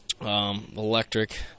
electric